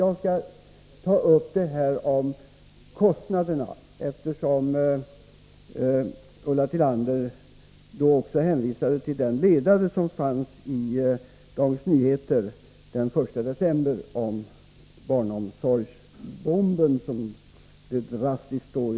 Jag skall beröra kostnaderna, eftersom fru Tillander hänvisade till den ledare om ”barnomsorgsbomben”, som det så drastiskt står i rubriken, som den 1 december fanns i Dagens Nyheter.